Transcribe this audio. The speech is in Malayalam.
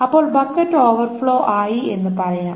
അപ്പോൾ ബക്കറ്റ് ഓവർഫ്ലോ ആയി എന്ന് പറയാം